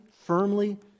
firmly